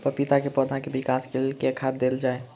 पपीता केँ पौधा केँ विकास केँ लेल केँ खाद देल जाए?